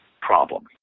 problem